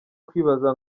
kwibaza